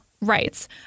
rights